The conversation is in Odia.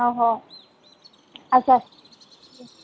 ହଉ ଆଚ୍ଛା